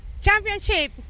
championship